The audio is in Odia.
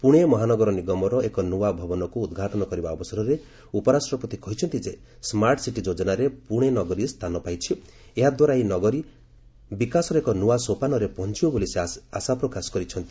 ପୁଣେ ମହାନଗର ନିଗମର ଏକ ନୂଆ ଭବନକୁ ଉଦ୍ଘାଟନ କରିବା ଅବସରରେ ଉପରାଷ୍ଟ୍ରପତି କହିଛନ୍ତି ଯେ ସ୍କାର୍ଟ୍ ସିଟି ଯୋଜନାରେ ପୁଣେ ନଗରୀ ସ୍ଥାନ ପାଇଛି ଏହାଦ୍ୱାରା ଏହି ନଗରୀ ବିକାଶର ଏକ ନୂଆ ସୋପାନରେ ପହଞ୍ଚିବ ବୋଲି ସେ ଆଶା ପ୍ରକାଶ କରିଛନ୍ତି